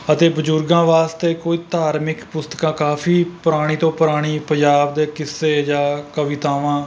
ਅਤੇ ਬਜ਼ੁਰਗਾਂ ਵਾਸਤੇ ਕੋਈ ਧਾਰਮਿਕ ਪੁਸਤਕਾਂ ਕਾਫੀ ਪੁਰਾਣੀ ਤੋਂ ਪੁਰਾਣੀ ਪੰਜਾਬ ਦੇ ਕਿੱਸੇ ਜਾਂ ਕਵਿਤਾਵਾਂ